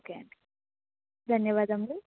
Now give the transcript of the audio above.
okay అండి ధన్యవాదములు